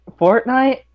Fortnite